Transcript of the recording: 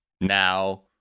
now